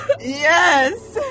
Yes